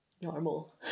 normal